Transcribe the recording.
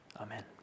amen